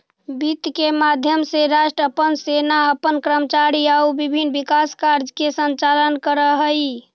वित्त के माध्यम से राष्ट्र अपन सेना अपन कर्मचारी आउ विभिन्न विकास कार्य के संचालन करऽ हइ